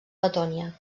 letònia